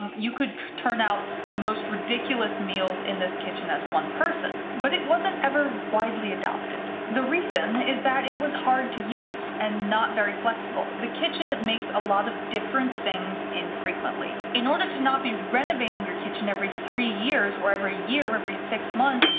you could turn out the most ridiculous meals in this kitchen as one person, but it wasn't ever widely adopted. the reason is that it was hard to use and not very flexible. the kitchen makes a lot of different things infrequently. in order to not be renovating your kitchen every three years or every year, every six months,